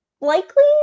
likely